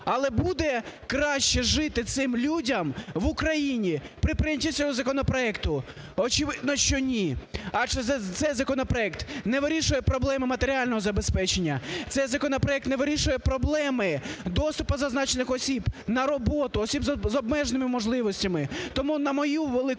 Але буде краще жити цим людям в Україні при прийнятті цього законопроекту? Очевидно, що ні. Адже цей законопроект не вирішує проблему матеріального забезпечення. Цей законопроект не вирішує проблеми доступу зазначених осіб на роботу, осіб з обмеженими можливостями. Тому, на мою велику